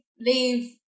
leave